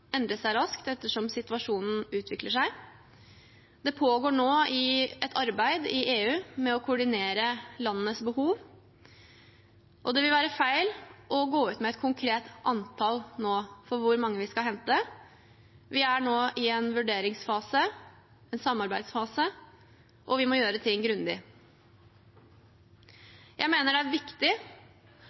seg raskt etter hvert som situasjonen utvikler seg. Det pågår nå et arbeid i EU med å koordinere landenes behov, og det vil være feil å gå ut nå med et konkret antall på hvor mange vi skal hente. Vi er nå i en vurderingsfase, en samarbeidsfase, og vi må gjøre ting grundig. Jeg mener det er viktig